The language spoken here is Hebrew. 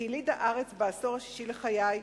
כיליד הארץ, בעשור השישי לחיי,